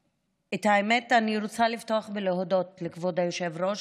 האמת, אני רוצה לפתוח ולהודות לכבוד היושב-ראש,